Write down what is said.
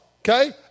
okay